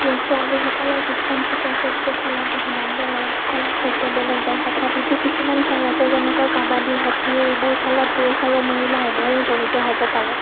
ছোৱালীসকলৰ কিটচেন চেটৰ সৈতে খেলাটো সাধাৰণতে ল'ৰাসকলৰ সৈতে বেলেগ হয় তথাপিতো কিছুমান খেল আছে যেনেকৈ কাবাদি হকী আদি এইবোৰ খেলত পুৰুষ আৰু মহিলা উভয়ে জড়িত হ'ব পাৰে